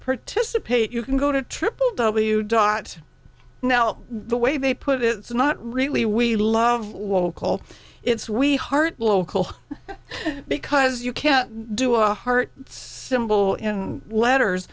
participate you can go to triple w dot knelt the way they put it it's not really we love will call it's we heart local because you can do a heart symbol in letters